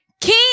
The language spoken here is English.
King